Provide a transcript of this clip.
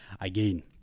again